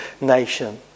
nation